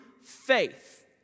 faith